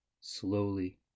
slowly